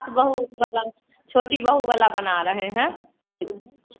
बहू वाला छोटी बहू वाला बना रहे हैं